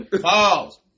Pause